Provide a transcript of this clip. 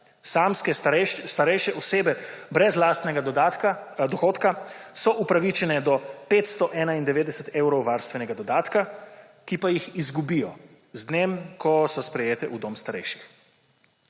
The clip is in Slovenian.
samske starejše osebe brez lastnega dohodka so upravičene do 591 evrov varstvenega dodatka, ki pa jih izgubijo z dnem, ko so sprejete v dom starejših.